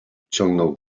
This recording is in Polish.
ciągnął